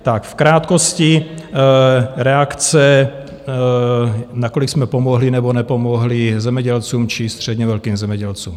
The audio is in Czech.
Tak v krátkosti reakce, nakolik jsme pomohli, nebo nepomohli zemědělcům či středně velkým zemědělcům.